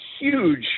huge